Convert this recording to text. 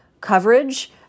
coverage